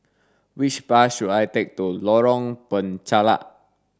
which bus should I take to Lorong Penchalak